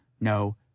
no